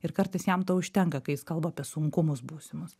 ir kartais jam to užtenka kai jis kalba apie sunkumus būsimus